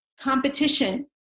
competition